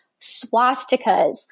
swastikas